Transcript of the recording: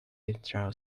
withdraw